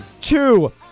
two